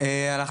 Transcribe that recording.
וכו' וכו'?